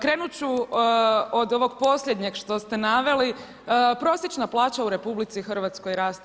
Krenuti ću od ovog posljednjeg što ste naveli, prosječna plaća u RH raste.